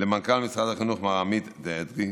למנכ"ל משרד החינוך מר עמית אדרי,